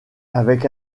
avec